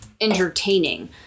entertaining